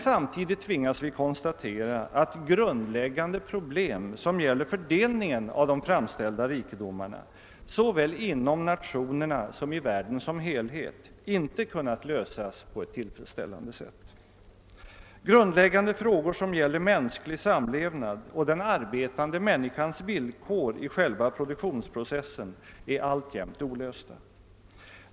Samtidigt tvingas vi emellertid konstatera att grundläggande problem som gäller fördelningen av de framställda rikedomarna såväl inom nationerna som i världen som helhet inte kunnat lösas på ett tillfredsställande sätt. Väsentliga frågor som rör mänsklig samlevnad och den arbetande människans villkor i själva produktionsprocessen är alltjämt olösta.